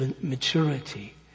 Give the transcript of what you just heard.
maturity